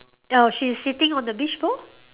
oh she's sitting on the beach floor